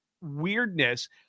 weirdness